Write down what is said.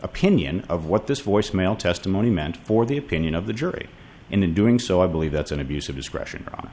opinion of what this voicemail testimony meant for the opinion of the jury and in doing so i believe that's an abuse of discretion on